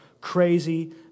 crazy